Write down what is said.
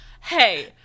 hey